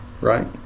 right